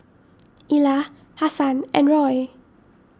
Ilah Hasan and Roy